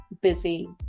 busy